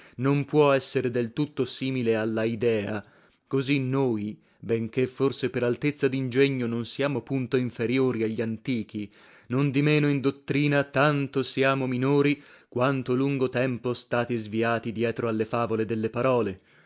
non può essere del tutto simile alla idea così noi benché forse per altezza dingegno non siamo punto inferiori agli antichi nondimeno in dottrina tanto siamo minori quanto lungo tempo stati sviati dietro alle favole delle parole